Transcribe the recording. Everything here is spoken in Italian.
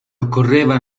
occorreva